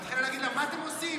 מתחילה להגיד לה: מה אתם עושים?